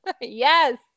Yes